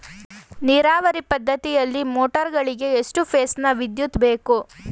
ನೀರಾವರಿ ಪದ್ಧತಿಯಲ್ಲಿ ಮೋಟಾರ್ ಗಳಿಗೆ ಎಷ್ಟು ಫೇಸ್ ನ ವಿದ್ಯುತ್ ಬೇಕು?